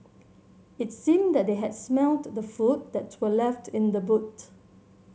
it seemed that they had smelt the food that were left in the boot